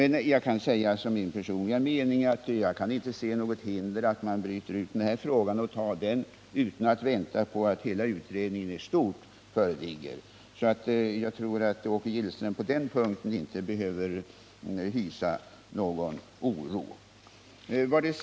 Jag kan som min personliga mening säga att jag inte kan se något hinder för att bryta ut den här frågan och behandla den utan att vänta på att utredningen i stort föreligger. Jag tror inte att Åke Gillström på den punkten behöver hysa någon oro.